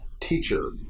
teacher